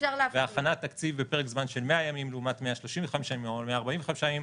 -- והכנת תקציב פרק זמן של 100 ימים לעומת 135 ימים או 145 ימים,